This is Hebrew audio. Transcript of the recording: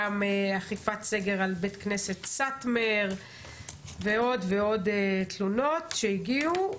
גם אכיפת סגר על בית כנסת סאטמר ועוד ועוד תלונות שהגיעו.